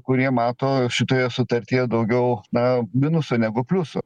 kurie mato šitoje sutartyje daugiau na minusų negu pliusų